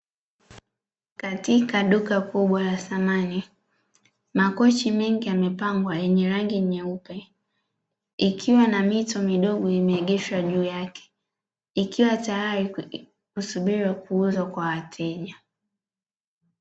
Katika duka kubwa la samani, makochi mengi yamepangwa yenye rangi nyeupe, ikiwa na mito midogo imeegeshwa juu yake, ikiwa tayari kusubiriwa kuuzwa kwa wateja.